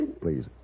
Please